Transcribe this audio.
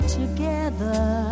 together